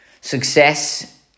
success